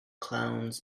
clowns